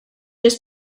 just